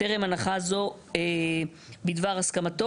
טרם הנחה זו בדבר הסכמתו".